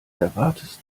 erwartest